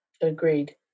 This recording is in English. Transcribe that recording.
Agreed